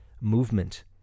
movement